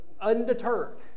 Undeterred